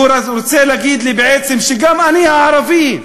שהוא רוצה להגיד לי בעצם שגם אני, הערבי,